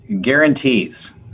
Guarantees